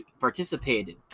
participated